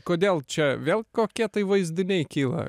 kodėl čia vėl kokie vaizdiniai kyla